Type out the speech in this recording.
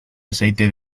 aceite